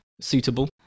suitable